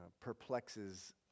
perplexes